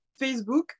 Facebook